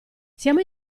siamo